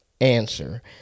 answer